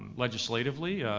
legislatively,